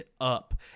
up